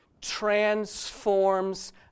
transforms